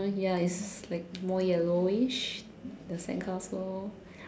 ya it's like more yellowish the sandcastle